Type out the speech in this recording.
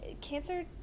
Cancer